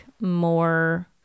more